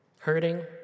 Hurting